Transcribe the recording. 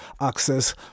access